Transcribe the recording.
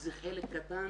זה חלק קטן